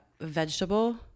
vegetable